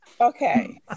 okay